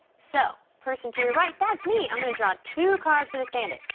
so. person to your right, that's me, i'm gonna draw two cards for this bandit,